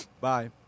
Bye